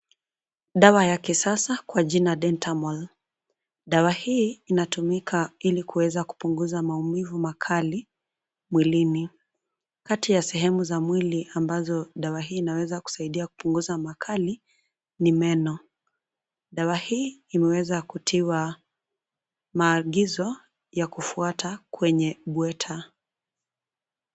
Dawa ya kisasa kwa jina Dentamol, dawa hii inatumika ili kuweza kupunguza maumivu makali mwilini. Kati ya sehemu za mwili ambazo dawa hii inaweza kusaidia kupunguza makali ni meno. Dawa hii imeweza kutiwa maagizo ya kufuata kwenye bweta.